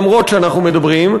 למרות העובדה שאנחנו מדברים,